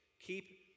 Keep